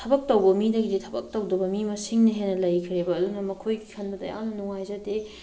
ꯊꯕꯛ ꯇꯧꯕ ꯃꯤꯗꯒꯤꯗꯤ ꯊꯕꯛ ꯇꯧꯗꯕ ꯃꯤ ꯃꯁꯤꯡꯅ ꯍꯦꯟꯅ ꯂꯩꯈ꯭ꯔꯦꯕ ꯑꯗꯨꯅ ꯃꯈꯣꯏꯒꯤ ꯈꯟꯕꯗ ꯌꯥꯝꯅ ꯅꯨꯉꯥꯏꯖꯗꯦ